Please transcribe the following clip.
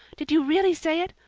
did you really say it?